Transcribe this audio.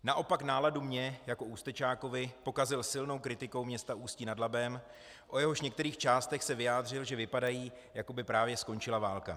Naopak náladu mně jako Ústečákovi pokazil silnou kritikou města Ústí nad Labem, o jehož některých částech se vyjádřil, že vypadají, jako by právě skončila válka.